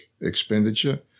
expenditure